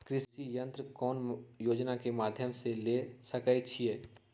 कृषि यंत्र कौन योजना के माध्यम से ले सकैछिए?